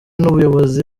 n’ubuyobozi